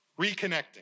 Reconnecting